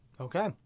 Okay